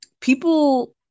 people